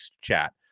chat